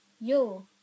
yo